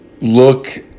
look